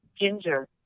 Ginger